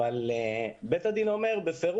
אבל בית הדין אומר בפירוש,